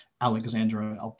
Alexandra